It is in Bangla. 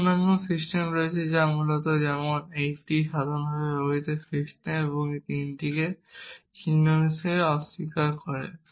মূলত অন্যান্য সিস্টেম রয়েছে যা সম্পূর্ণ যেমন একটি সাধারণভাবে ব্যবহৃত সিস্টেম এই তিনটি চিহ্নকে অস্বীকার করে